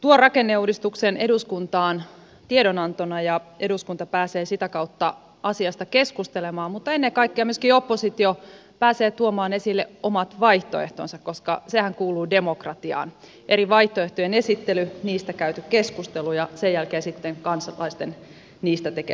tuo rakenneuudistuksen eduskuntaan tiedonantona ja eduskunta pääsee sitä kautta asiasta keskustelemaan mutta ennen kaikkea myöskin oppositio pääsee tuomaan esille omat vaihtoehtonsa koska sehän kuuluu demokratiaan eri vaihtoehtojen esittely niistä käyty keskustelu ja sen jälkeen sitten kansalaisten niistä tekemä arviointi